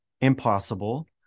impossible